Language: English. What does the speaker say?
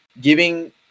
giving